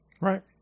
right